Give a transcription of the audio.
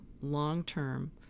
long-term